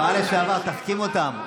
השרה לשעבר תחכים אותם.